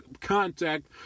contact